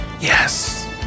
Yes